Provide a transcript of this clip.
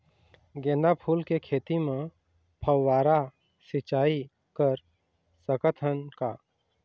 गेंदा फूल के खेती म फव्वारा सिचाई कर सकत हन का?